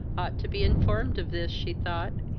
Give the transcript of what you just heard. ought to be informed of this, she thought,